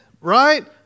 right